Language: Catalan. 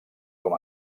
com